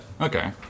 Okay